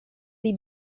dei